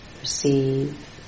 receive